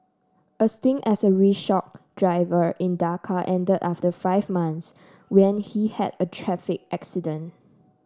a stint as a rickshaw driver in Dhaka end after five months when he had a traffic accident